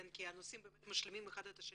לדעתי, כי הנושאים משלימים זה את זה.